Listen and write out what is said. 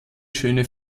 schöne